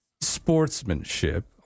sportsmanship